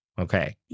Okay